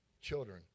children